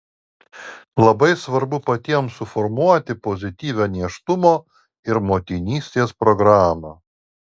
labai svarbu patiems suformuoti pozityvią nėštumo ir motinystės programą